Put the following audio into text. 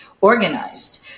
organized